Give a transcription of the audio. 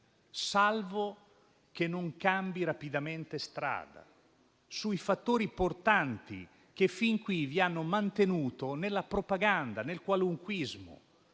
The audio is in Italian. salvo che non cambi rapidamente strada sui fattori portanti che fin qui l'hanno mantenuta nella propaganda e nel qualunquismo.